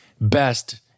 Best